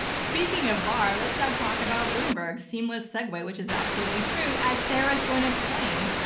speaking of barr lets now talk about bloomberg, seamless segue which is absolutely true as sarah's going to explain.